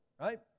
right